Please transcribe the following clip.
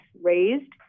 raised